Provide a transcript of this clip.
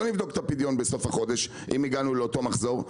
נבדוק את הפדיון בסוף החודש אם הגענו לאותו מחזור,